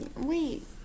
wait